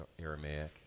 Aramaic